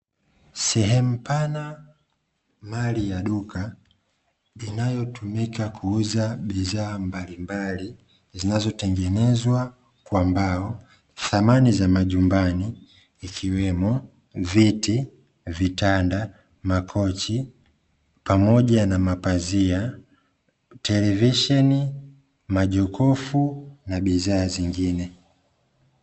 Sehemu pana mali ya duka inayotumika kuuza bidhaa mbalimbali zinazotengenezwa kwa mbao; samani za majumbani ikiwemo: viti, vitanda, makochi pamoja na mapazia, televisheni, majokofu na bidhaa zingine.